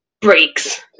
breaks